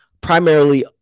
primarily